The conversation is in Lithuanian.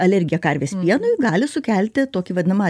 alergija karvės pienui gali sukelti tokį vadinamą